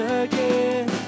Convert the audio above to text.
again